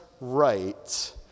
right